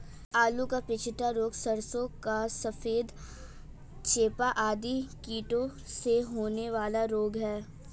आलू का पछेता रोग, सरसों का सफेद चेपा आदि कीटों से होने वाले रोग हैं